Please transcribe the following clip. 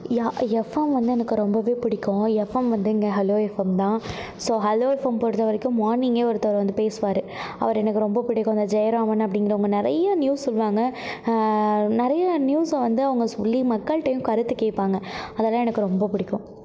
எனக்கு எஃப்எம் வந்து எனக்கு ரொம்ப பிடிக்கும் எஃப்எம் வந்து இங்கே ஹலோ எஃப்எம் தான் ஸோ ஹலோ எஃப்எம் பொருத்த வரைக்கும் மார்னிங்கே ஒருத்தர் வந்து பேசுவார் அவர் எனக்கு ரொம்ப பிடிக்கும் அந்த ஜெயராமன் அப்படிங்குறங்க நிறைய நியூஸ் சொல்வாங்க நிறைய நியூஸ் வந்து அவங்க சொல்லி மக்கள்ட்டேயும் கருத்து கேட்பாங்க அதெல்லாம் எனக்கு ரொம்ப பிடிக்கும்